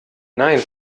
nein